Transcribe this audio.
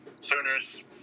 Sooners